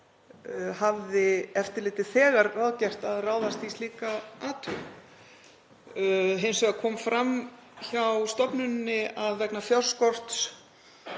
hafði eftirlitið þegar ráðgert að ráðast í slíka athugun. Hins vegar kom fram hjá stofnuninni að vegna fjárskorts